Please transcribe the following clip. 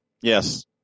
Yes